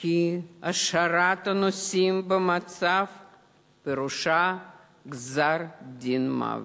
כי השארת הנוסעים במצב זה פירושה גזר-דין מוות,